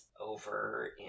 Over